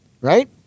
right